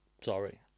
Sorry